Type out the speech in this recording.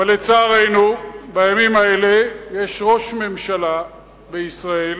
אבל לצערנו, בימים האלה יש ראש ממשלה בישראל,